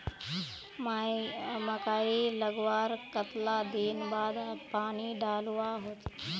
मकई लगवार कतला दिन बाद पानी डालुवा होचे?